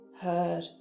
heard